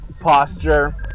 posture